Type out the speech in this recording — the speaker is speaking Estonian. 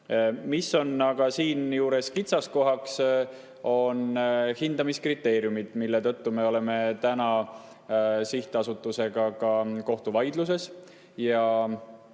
Mis on aga siinjuures kitsaskohaks, on hindamiskriteeriumid, mille tõttu me oleme täna sihtasutusega kohtuvaidluses.